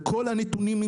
קודם כל אני רוצה לומר,